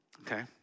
Okay